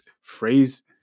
phrase